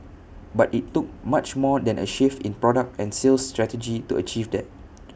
but IT took much more than A shift in product and sales strategy to achieve that